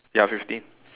ya fifteen